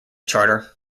charter